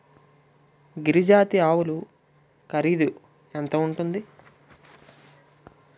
గిరి జాతి ఆవులు ఖరీదు ఎంత ఉంటుంది?